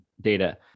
data